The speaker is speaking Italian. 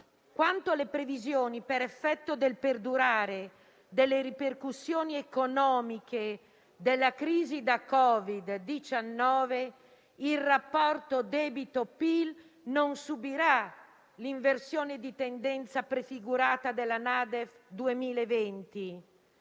Quindi, alle previsioni per effetto del perdurare delle ripercussioni economiche della crisi da Covid-19, il rapporto debito-PIL non subirà l'inversione di tendenza prefigurata nella NADEF 2020,